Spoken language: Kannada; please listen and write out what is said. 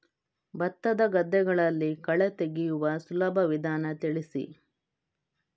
ಭತ್ತದ ಗದ್ದೆಗಳಲ್ಲಿ ಕಳೆ ತೆಗೆಯುವ ಸುಲಭ ವಿಧಾನ ತಿಳಿಸಿ?